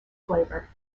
flavour